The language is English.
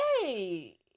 hey